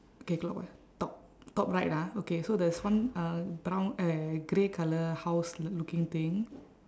okay clockwise top top right ah okay so there's one uh brown uh grey colour house l~ looking thing